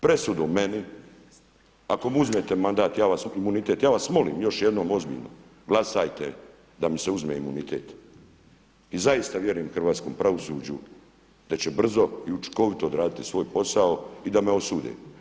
Presudom meni ako mi uzmete mandat, imunitet ja vas molim još jednom ozbiljno glasajte da mi se uzme imunitet i zaista vjerujem hrvatskom pravosuđu da će brzo i učinkovito odraditi svoj posao i da me osude.